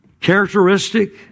characteristic